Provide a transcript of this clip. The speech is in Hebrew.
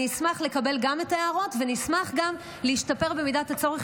אני אשמח גם לקבל את ההערות ונשמח גם להשתפר במידת הצורך,